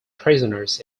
prisoners